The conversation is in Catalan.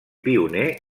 pioner